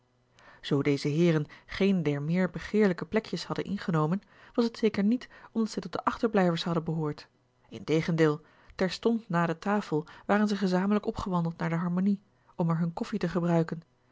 zoo deze heeren geen der meer begeerlijke plekjes hadden ingenomen was het zeker niet omdat zij tot de achterblijvers hadden behoord integendeel terstond na de tafel waren zij gezamenlijk opgewandeld naar de harmonie om er hunne koffie te gebruiken